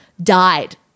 died